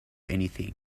anything